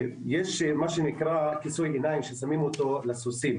יש כיסוי עיניים לסוסים